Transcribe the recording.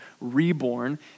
reborn